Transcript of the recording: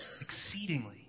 exceedingly